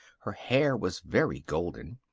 her hair was very golden.